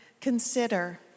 consider